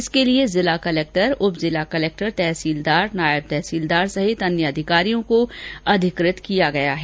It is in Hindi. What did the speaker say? इसके लिए जिला कलेक्टर उप जिला कलेक्टर तहसीलदार नायब तहसीलदार सहित अन्य अधिकारियों को अधिकृत किया गया है